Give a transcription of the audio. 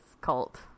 cult